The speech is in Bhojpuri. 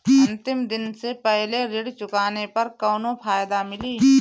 अंतिम दिन से पहले ऋण चुकाने पर कौनो फायदा मिली?